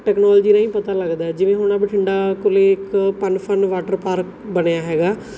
technology ਰਾਹੀਂ ਪਤਾ ਲੱਗਦਾ ਜਿਵੇਂ ਹੁਣ ਆਹ ਬਠਿੰਡਾ ਕੋਲ ਇੱਕ ਪੰਨਫਨ ਵਾਟਰ ਪਾਰਕ ਬਣਿਆ ਹੈਗਾ